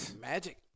Magic